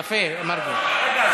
נגד, יפה, מרגי.